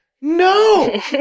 No